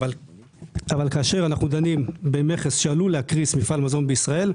אבל כאשר אנחנו דנים במכס שעלול להקריס מפעל מזון בישראל,